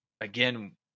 again